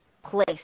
Place